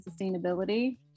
sustainability